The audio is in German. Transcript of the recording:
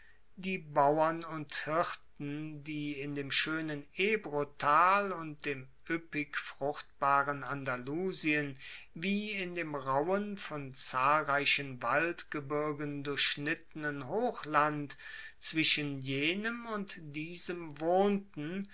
die bauern und hirten die in dem schoenen ebrotal und dem ueppig fruchtbaren andalusien wie in dem rauhen von zahlreichen waldgebirgen durchschnittenen hochland zwischen jenem und diesem wohnten